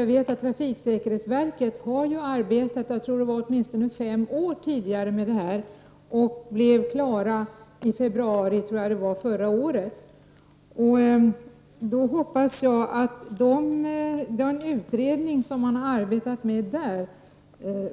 Jag vet att trafiksäkerhetsverket har arbetat med denna fråga åtminstone fem år och att man där blev klar i februari förra året. Jag hoppas att den utredning som man arbetat med där